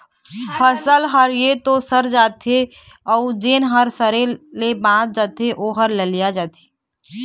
फसल ह य तो सर जाथे अउ जेन ह सरे ले बाच जाथे ओ ह ललिया जाथे